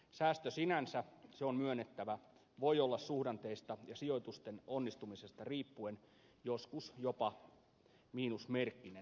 säästö sinänsä se on myönnettävä voi olla suhdanteista ja sijoitusten onnistumisesta riippuen joskus jopa miinusmerkkinen